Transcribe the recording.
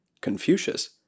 Confucius